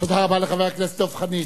תודה רבה לחבר הכנסת דב חנין.